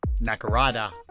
Nakarada